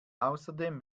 außerdem